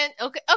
Okay